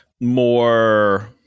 more